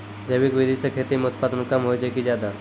जैविक विधि से खेती म उत्पादन कम होय छै कि ज्यादा?